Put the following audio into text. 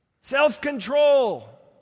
Self-control